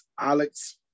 Alex